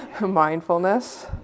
mindfulness